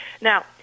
Now